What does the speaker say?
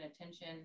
attention